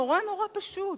נורא נורא פשוט.